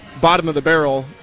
bottom-of-the-barrel